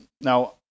now